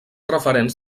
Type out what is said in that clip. referents